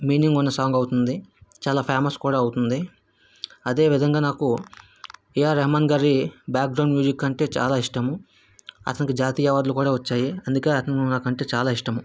meaning ఉన్న song అవుతుంది చాలా ఫేమస్ కూడా అవుతుంది అదే విధంగా ఏఆర్ రహమాన్ గారి బ్యాగ్రౌండ్ మ్యూజిక్ అంటే నాకు చాలా ఇష్టము అతనికి జాతీయ అవార్డులు కూడా వచ్చాయి అందుకే అతను నాకు అంటే చాలా ఇష్టము